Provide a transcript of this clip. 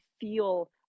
feel